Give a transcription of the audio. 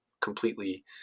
completely